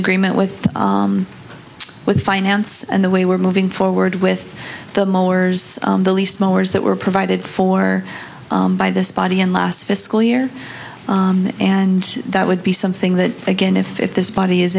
agreement with with finance and the way we're moving forward with the mowers the least mowers that were provided for by this body and last fiscal year and that would be something that again if if this body is